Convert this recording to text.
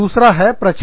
दूसरा है प्रचार